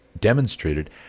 demonstrated